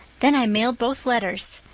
then i mailed both letters.